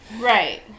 right